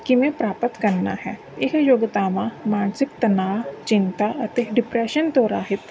ਕਿਵੇਂ ਪ੍ਰਾਪਤ ਕਰਨਾ ਹੈ ਇਹ ਯੋਗਤਾਵਾਂ ਮਾਨਸਿਕ ਤਣਾਅ ਚਿੰਤਾ ਅਤੇ ਡਿਪਰੈਸ਼ਨ ਤੋਂ ਰਾਹਿਤ